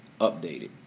updated